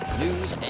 news